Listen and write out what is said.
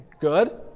good